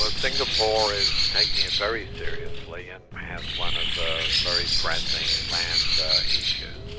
ah singapore is taking it very seriously, and has one of the very pressing land and issues.